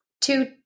two